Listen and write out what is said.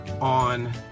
on